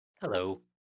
hello